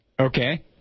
Okay